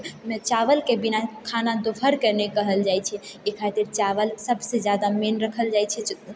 नहि चावलके बिना खाना दुपहरके नहि कहल जाइत छै एहि खातिर चावल सबसँ जादा मेन रखल जाइत छै